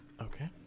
Okay